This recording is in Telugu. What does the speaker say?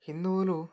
హిందువులు